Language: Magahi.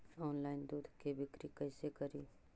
ऑनलाइन दुध के बिक्री कैसे करि?